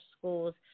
schools